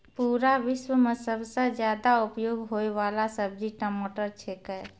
पूरा विश्व मॅ सबसॅ ज्यादा उपयोग होयवाला सब्जी टमाटर छेकै